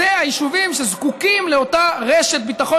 אלה היישובים שזקוקים לאותה רשת ביטחון